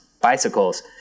bicycles